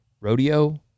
rodeo